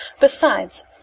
Besides